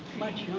much